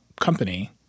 company